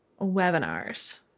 webinars